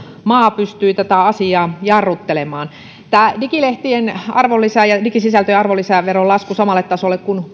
maa pystyi tätä asiaa jarruttelemaan tämä digilehtien ja digisisältöjen arvonlisäveron lasku samalle tasolle kun